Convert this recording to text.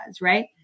right